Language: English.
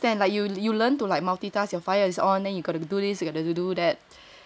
ya understand like you you learn to like multitask your fire is on then you gotta do this you gotta do that